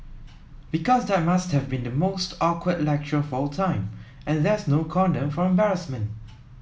because that must have been the most awkward lecture of all time and there's no condom for embarrassment